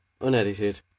unedited